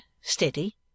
steady